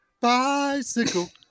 Bicycle